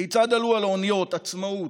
כיצד עלו על האוניות עצמאות,